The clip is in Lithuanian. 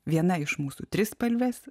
viena iš mūsų trispalvės